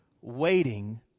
waiting